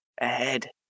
ahead